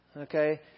Okay